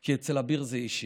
כי אצל אביר זה אישי.